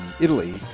Italy